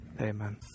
Amen